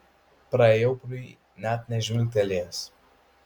praėjau pro jį net nežvilgtelėjęs